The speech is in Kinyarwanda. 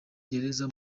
gereza